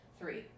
Three